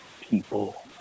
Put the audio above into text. people